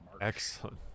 Excellent